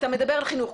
אתה מדבר על חינוך,